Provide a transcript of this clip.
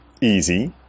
easy